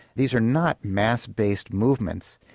these are not mass-based movements,